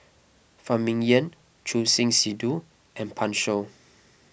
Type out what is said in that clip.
Phan Ming Yen Choor Singh Sidhu and Pan Shou